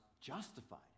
justified